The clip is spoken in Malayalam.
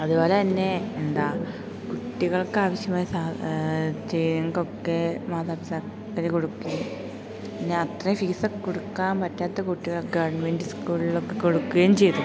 അതു പോലെ തന്നെ എന്താ കുട്ടികൾക്ക് ആവശ്യമായ സാ ചെയ്ങ്കൊക്കെ മാതാപിതാക്കൾ കൊടുക്കുകയും പിന്നെ അത്രയും ഫീസൊക്കെ കൊടുക്കാൻ പറ്റാത്ത കുട്ടികൾ ഗവൺമെൻറ് സ്കൂളിലൊക്കെ കൊടുക്കുകയും ചെയ്തു